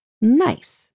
nice